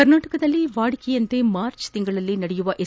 ಕರ್ನಾಟಕದಲ್ಲಿ ವಾಡಿಕೆಯಂತೆ ಮಾರ್ಚ್ ತಿಂಗಳಲ್ಲಿ ನಡೆಯುವ ಎಸ್